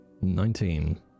Nineteen